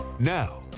now